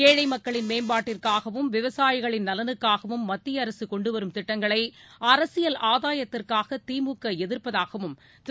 ஏழை மக்களின் மேம்பாட்டிற்காகவும் விவசாயிகளின் நலனுக்காகவும் மத்திய அரசு கொண்டு வரும் திட்டங்களை அரசியல் ஆதாயத்திற்காக திமுக எதிர்ப்பதாகவும் திரு